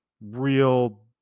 real